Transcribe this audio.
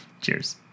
Cheers